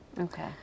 Okay